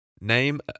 Name